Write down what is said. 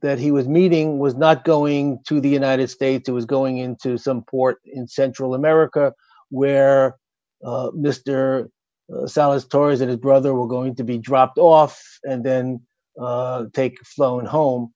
that he was meeting was not going to the united states it was going into some port in central america where mr sellers tori's and his brother were going to be dropped off and then take flown home